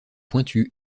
pointu